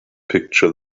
picture